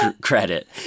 credit